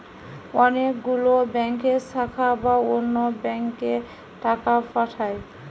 অনেক গুলো ব্যাংকের শাখা বা অন্য ব্যাংকে টাকা পাঠায়